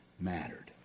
mattered